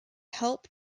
help